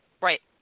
Right